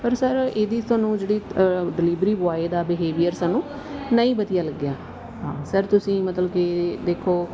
ਪਰ ਸਰ ਇਹਦੀ ਤੁਹਾਨੂੰ ਜਿਹੜੀ ਡਿਲੀਵਰੀ ਬੋਏ ਦਾ ਬਿਹੇਵੀਅਰ ਸਾਨੂੰ ਨਹੀਂ ਵਧੀਆ ਲੱਗਿਆ ਹਾਂ ਸਰ ਤੁਸੀਂ ਮਤਲਬ ਕਿ ਦੇਖੋ